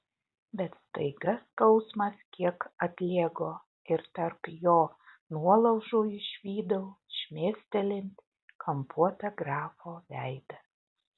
bet staiga skausmas kiek atlėgo ir tarp jo nuolaužų išvydau šmėstelint kampuotą grafo veidą